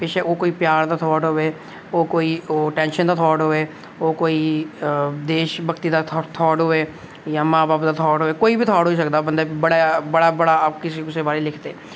बेशक्क ओह् कोई प्यार दा थॉट होऐ ओह् कोई टेंशन दा थॉट होऐ ओह् कोई देशभगती दा थॉट होऐ जां मां बब्ब दा थॉट होऐ कोई बी थॉट होई सकदा बड़ा बड़ा सिवाए लिखदे